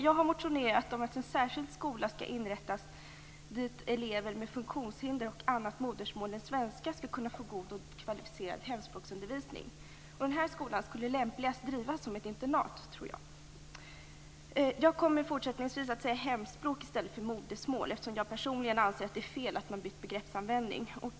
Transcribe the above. Jag har motionerat om att en särskild skola skall inrättas där elever med funktionshinder och annat modersmål än svenska skall kunna få god och kvalificerad hemspråksundervisning. Den skolan skulle lämpligast drivas som ett internat. Jag kommer fortsättningsvis att säga "hemspråk" i stället för "modersmål", eftersom jag personligen anser att det var fel att byta begreppsanvändning.